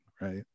right